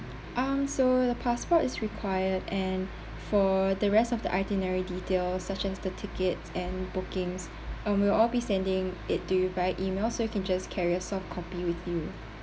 um so the passport is required and for the rest of the itinerary details such as the tickets and bookings um we'll all be sending it to you by email so you can just carry a softcopy with you